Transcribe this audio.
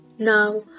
Now